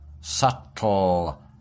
subtle